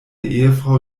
ehefrau